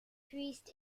priest